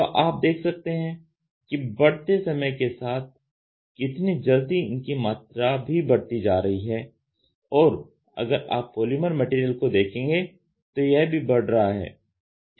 तो आप देख सकते हैं कि बढ़ते समय के साथ कितनी जल्दी इनकी मात्रा भी बढ़ती जा रही है और अगर आप पॉलीमर मैटेरियल को देखेंगे तो यह भी बढ़ रहा है ठीक है